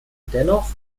dennoch